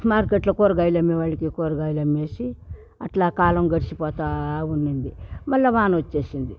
మార్కెట్లో కూరగాయలు అమ్మేవాళ్ళకి కూరగాయలు అమ్మేసి అట్లా కాలం గడిచి పోతూ ఉండింది మళ్ళా వానొచ్చేసింది